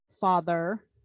father